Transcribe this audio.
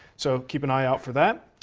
so, keep an eye out for that.